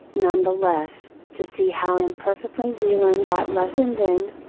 none the less, to see how imperfectly we learned that lesson then,